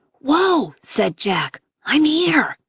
whoa! said jack. i'm here.